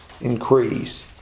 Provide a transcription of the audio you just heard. increase